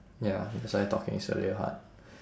ya that's why talking slowly what